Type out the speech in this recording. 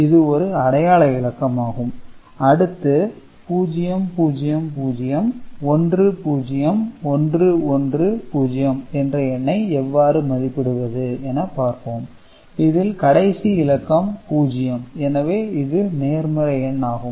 இது ஒரு அடையாள இலக்கம் ஆகும் அடுத்து 00010110 என்ற எண்ணை எவ்வாறு மதிப்பிடுவது என பார்ப்போம் இதில் கடைசி இலக்கம் பூஜ்யம் எனவே இது நேர்மறை எண் ஆகும்